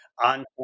On